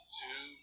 two